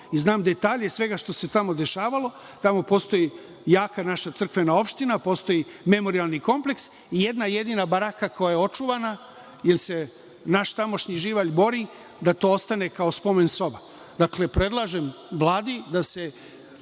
Znam detalje svega što se tamo dešavalo. Tamo postoji naša jaka crkvena opština, postoji memorijalni kompleks i jedna jedina baraka koja je očuvana, jer se naš tamošnji živalj bori da to ostane kao spomen soba. Dakle, predlažem Vladi da se